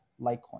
Litecoin